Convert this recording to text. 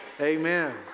Amen